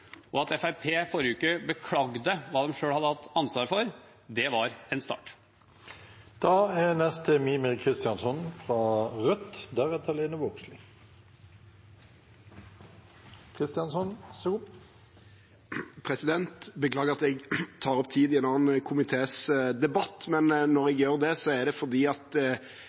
strøm. At Fremskrittspartiet forrige uke beklaget hva de selv hadde hatt ansvar for, var en start. Beklager at jeg tar opp tid i en annen komités debatt. Når jeg gjør det, er det fordi